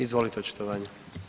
Izvolite očitovanje.